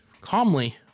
calmly